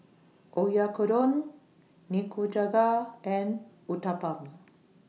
Oyakodon Nikujaga and Uthapam